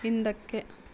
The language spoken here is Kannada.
ಹಿಂದಕ್ಕೆ